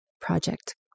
project